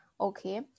Okay